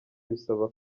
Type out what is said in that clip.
bisaba